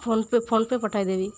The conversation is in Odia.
ଫୋନ୍ ପେ' ଫୋନ୍ ପେ' ପଠେଇ ଦେବି